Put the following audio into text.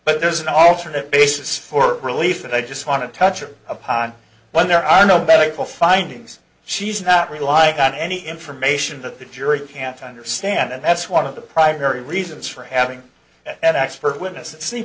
but there's an alternate basis for relief that i just want to touch or upon when there are no better people findings she's not relying on any information that the jury can't understand and that's one of the primary reasons for having an expert witness it